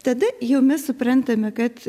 tada jau mes suprantame kad